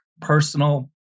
personal